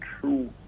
true